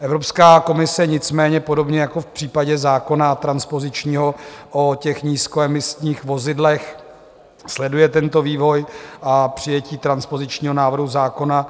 Evropská komise nicméně podobně jako v případě zákona transpozičního o nízkoemisních vozidlech sleduje tento vývoj přijetí transpozičního návrhu zákona.